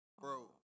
Bro